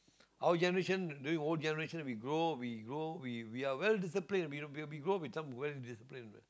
our generation during old generation we grow we grow we we are well discipline when we grow we become well disciplined